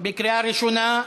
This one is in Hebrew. בקריאה ראשונה.